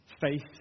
faith